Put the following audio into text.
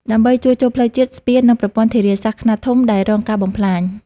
ដើម្បីជួសជុលផ្លូវជាតិ ស្ពាន និងប្រព័ន្ធធារាសាស្ត្រខ្នាតធំដែលរងការបំផ្លាញ។